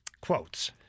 quotes